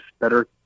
better